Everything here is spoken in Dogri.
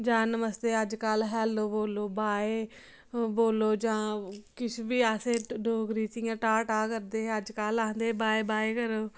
जां नमस्ते अज्ज कल हैल्लो बोलो बाय ओह् बोलो जां किश बी अस डोगरी च इयां टाटा करदे हे अज्ज कल आखदे बाय बाय करो